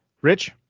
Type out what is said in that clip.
Rich